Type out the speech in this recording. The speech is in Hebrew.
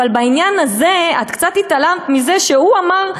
אבל בעניין הזה את קצת התעלמת מזה שהוא אמר,